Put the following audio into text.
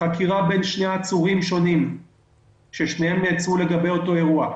חקירה בין שני עצורים שונים כששניהם נעצרו לגבי אותו אירוע,